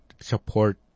support